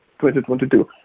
2022